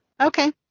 Okay